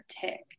tick